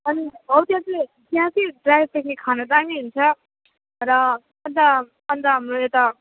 अनि हो त्यहाँ चाहिँ त्यहाँ चाहिँ ड्राई पिकनिक खान दामी हुन्छ र अनि त अनि त हाम्रो यता